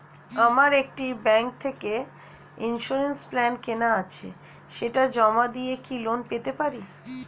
আমার একটি ব্যাংক থেকে ইন্সুরেন্স প্ল্যান কেনা আছে সেটা জমা দিয়ে কি লোন পেতে পারি?